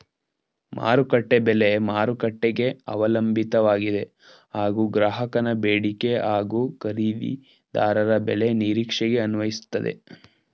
ಮಾರುಕಟ್ಟೆ ಬೆಲೆ ಮಾರುಕಟ್ಟೆಗೆ ಅವಲಂಬಿತವಾಗಿದೆ ಹಾಗೂ ಗ್ರಾಹಕನ ಬೇಡಿಕೆ ಹಾಗೂ ಖರೀದಿದಾರರ ಬೆಲೆ ನಿರೀಕ್ಷೆಗೆ ಅನ್ವಯಿಸ್ತದೆ